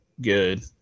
good